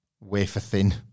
wafer-thin